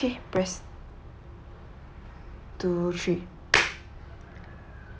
okay press two three